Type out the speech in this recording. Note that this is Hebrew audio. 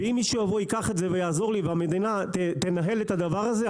ואם מישהו יבוא וייקח את זה ויעזור לי והמדינה תנהל את הדבר הזה,